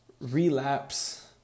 relapse